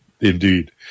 Indeed